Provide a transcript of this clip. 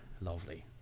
Lovely